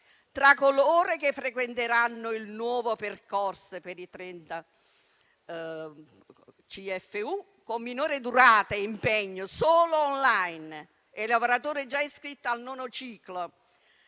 tra coloro che frequenteranno il nuovo percorso per i trenta CFU, con minore durata e impegno solo *on line*, e il lavoratore, già iscritto al nono ciclo